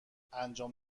انجام